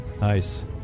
Nice